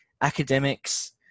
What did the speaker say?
academics